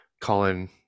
Colin